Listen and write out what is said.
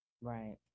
Right